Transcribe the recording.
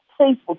Facebook